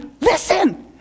listen